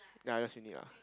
ya just uni lah